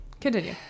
Continue